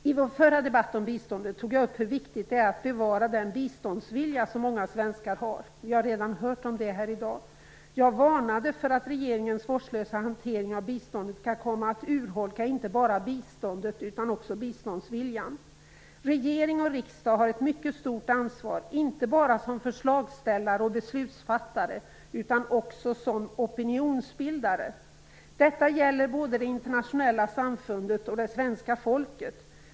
I vår förra debatt om biståndet tog jag upp hur viktigt det är att bevara den biståndsvilja som många svenskar har. Vi har redan hört berättas om den i dag. Jag varnade för att regeringens vårdslösa hantering av biståndet kan komma att urholka inte bara biståndet utan också biståndsviljan. Regering och riksdag har här ett mycket stort ansvar, inte bara som förslagsställare och beslutsfattare utan också som opinionsbildare. Detta gäller både det internationella samfundet och det svenska folket.